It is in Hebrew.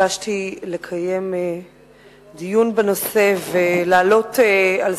ביקשתי לקיים דיון בנושא ולהעלות על